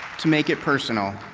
to make it personal,